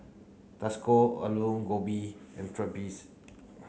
Alu Gobi and Pretzel